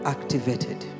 Activated